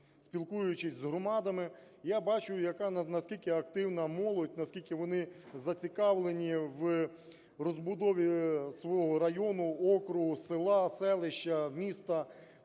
спілкуючись з громадами, я бачу, наскільки активна молодь, наскільки вони зацікавлені в розбудові свого району, округу, села, селища, міста.